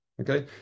okay